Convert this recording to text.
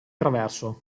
traverso